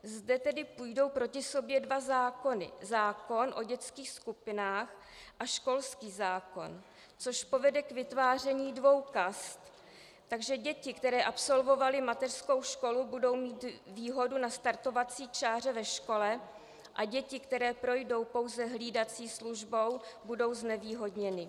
Zde tedy půjdou proti sobě dva zákony zákon o dětských skupinách a školský zákon, což povede k vytváření dvou kast, takže děti, které absolvovaly mateřskou školu, budou mít výhodu na startovací čáře ve škole a děti, které projdou pouze hlídací službou, budou znevýhodněny.